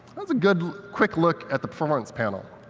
that's a good, quick look at the performance panel.